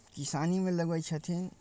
किसानीमे लगबै छथिन